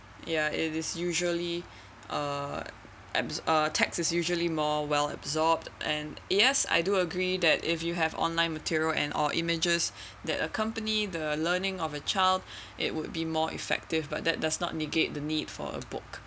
yeah it is usually uh adsorb uh text is usually more well absorbed and yes I do agree that if you have online material and or images that accompany the learning of a child it would be more effective but that does not negate the need for a book